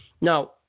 Now